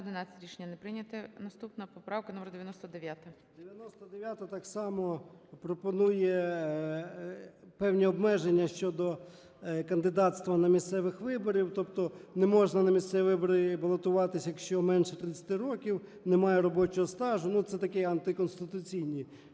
Рішення не прийнято. Наступна поправка номер 99. 17:33:30 ЧЕРНЕНКО О.М. 99-а, так само пропонує певні обмеження щодо кандидатства на місцевих виборах, тобто не можна на місцеві вибори балотуватись, якщо менше 30 років, немає робочого стажу, це такі антиконституційні,